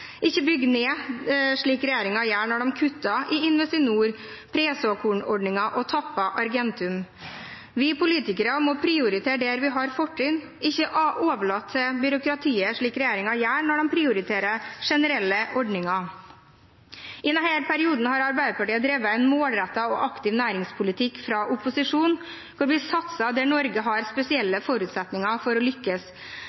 ikke bygge ned slik regjeringen gjør når de kutter i Investinor og presåkornordningen og tapper Argentum. Vi politikere må prioritere der vi har fortrinn, ikke overlate det til byråkratiet, slik regjeringen gjør når de prioriterer generelle ordninger. I denne perioden har Arbeiderpartiet drevet en målrettet og aktiv næringspolitikk fra opposisjonsplass, og vi satser der Norge har